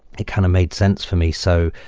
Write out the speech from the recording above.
it kind of made sense for me. so,